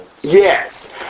Yes